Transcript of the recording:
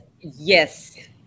Yes